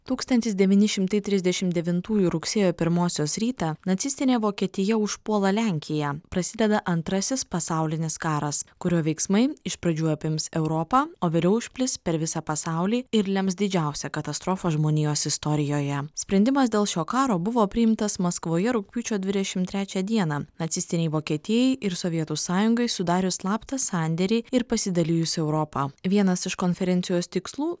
tūkstantis devyni šimtai trisdešimt devintųjų rugsėjo pirmosios rytą nacistinė vokietija užpuola lenkiją prasideda antrasis pasaulinis karas kurio veiksmai iš pradžių apims europą o vėliau išplis per visą pasaulį ir lems didžiausią katastrofą žmonijos istorijoje sprendimas dėl šio karo buvo priimtas maskvoje rugpjūčio dvidešimt trečią dieną nacistinei vokietijai ir sovietų sąjungai sudarius slaptą sandėrį ir pasidalijusi europa vienas iš konferencijos tikslų